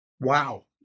Wow